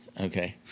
okay